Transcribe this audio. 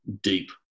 deep